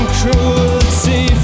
cruelty